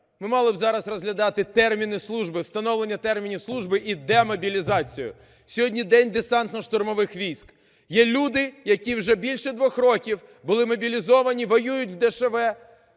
Ми мали б зараз розглядати терміни служби, встановлення термінів служби і демобілізацію. Сьогодні День Десантно-штурмових військ. Є люди, які вже більше двох років були мобілізовані, воюють в ДШВ,